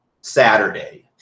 Saturday